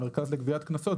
המרכז לגביית קנסות,